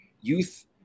youth